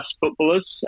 footballers